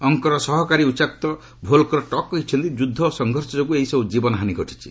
ଅଙ୍କରର ସହକାରୀ ଉଚାୟୁକ୍ତ Volker Turk କହିଛନ୍ତି ଯୁଦ୍ଧ ଓ ସଂଘର୍ଷ ଯୋଗୁଁ ଏହିସବୁ ଜୀବନ ହାନୀ ଘଟିଛି